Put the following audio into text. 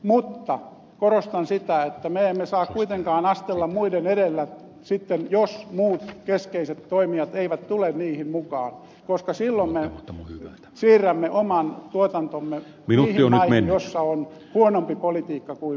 mutta korostan sitä että me emme saa kuitenkaan astella muiden edellä sitten jos muut keskeiset toimijat eivät tule niihin mukaan koska silloin me siirrämme oman tuotantomme niihin maihin joissa on huonompi politiikka kuin meillä nyt